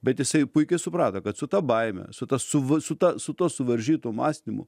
bet jisai puikiai suprato kad su ta baime su ta suva su ta su tuo suvaržytu mąstymu